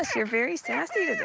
yes, you're very sassy.